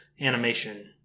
animation